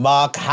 Mark